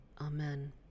Amen